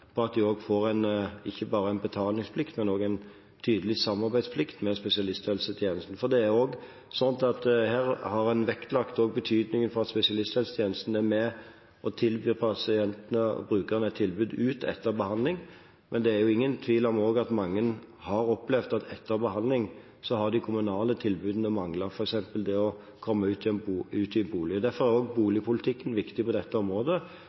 på at de ikke bare får en betalingsplikt, men også en tydelig samarbeidsplikt med spesialisthelsetjenesten, for en har vektlagt betydningen av at også spesialisthelsetjenesten er med og tilbyr pasientene og brukerne et tilbud ute etter behandling. Det er ingen tvil om at mange har opplevd at etter behandling har de kommunale tilbudene manglet, f.eks. det å komme ut i en bolig. Derfor er også boligpolitikken viktig på dette området,